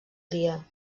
dia